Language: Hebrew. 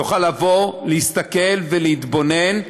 יוכל לבוא, להסתכל ולהתבונן.